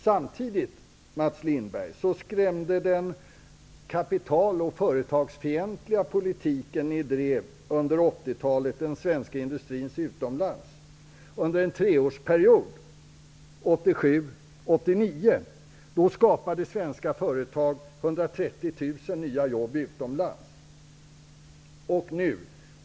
Samtidigt, Mats Lindberg, skrämde den kapital och företagsfientliga politiken som ni drev under 80-talet den svenska industrin utomlands. Under en treårsperiod, 1987--1989, skapade svenska företag 130 000 nya jobb utomlands.